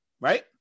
Right